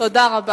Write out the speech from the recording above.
תודה רבה.